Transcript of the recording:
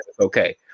okay